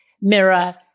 mirror